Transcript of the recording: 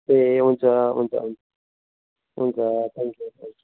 ए हुन्छ हुन्छ हुन् हुन्छ थ्याङ्क्यु